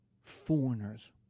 foreigners